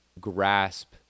grasp